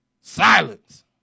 Silence